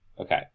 Okay